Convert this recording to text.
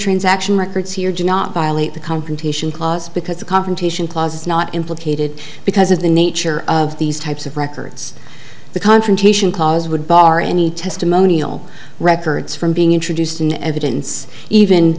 transaction records here do not violate the confrontation clause but the confrontation clause is not implicated because of the nature of these types of records the confrontation clause would bar any testimonial records from being introduced into evidence even